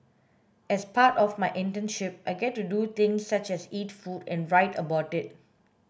as part of my internship I get to do things such as eat food and write about it